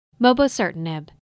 Mobocertinib